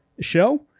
show